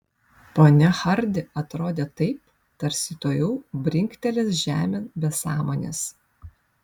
ponia hardi atrodė taip tarsi tuojau brinktelės žemėn be sąmonės